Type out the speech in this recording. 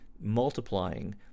multiplying